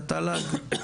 את התל"ג.